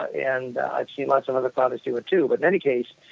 and i've seen lots of other fathers do it too but in any case,